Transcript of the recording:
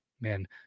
man